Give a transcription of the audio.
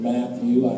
Matthew